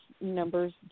numbers